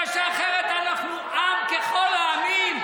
בגלל שאחרת אנחנו עם ככל העמים.